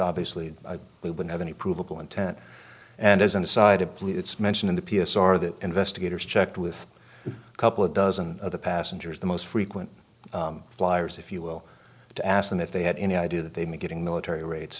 obviously we would have any provable intent and as an aside a police mention in the p s r that investigators checked with a couple of dozen other passengers the most frequent flyers if you will to ask them if they had any idea that they were getting military rates